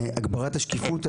הגברת השקיפות,